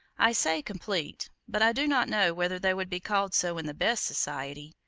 i say, complete but i do not know whether they would be called so in the best society.